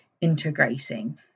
integrating